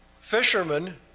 fishermen